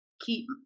keep